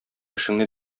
эшеңне